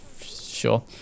sure